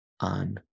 on